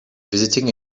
visiting